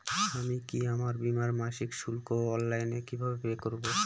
আমি কি আমার বীমার মাসিক শুল্ক অনলাইনে কিভাবে পে করব?